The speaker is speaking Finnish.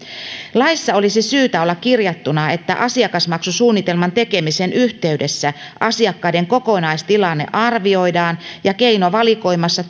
laissa olisi syytä olla kirjattuna että asiakasmaksusuunnitelman tekemisen yhteydessä asiakkaiden kokonaistilanne arvioidaan ja keinovalikoimassa